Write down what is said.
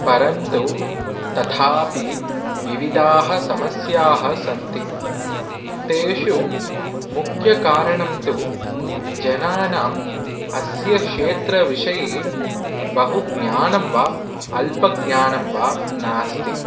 परन्तु तथापि विविधाः समस्याः सन्ति तेषु मुख्यकारणं तु जनानां अस्य क्षेत्रविषये बहुज्ञानं वा अल्पज्ञानं वा नास्ति